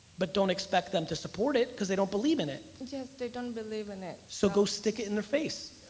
but don't expect them to support it cause they don't believe in it. yes, they don't believe in it. so go stick it in their face.